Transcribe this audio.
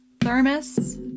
thermos